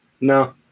No